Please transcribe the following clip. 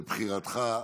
לבחירתך.